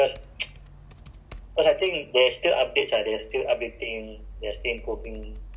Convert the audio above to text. may~ maybe I_O_S okay or maybe I change to Google ah kan